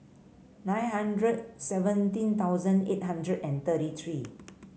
nine hundred seventeen thousand eight hundred and thirty three